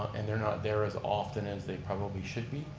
and they're not there as often as they probably should be.